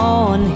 on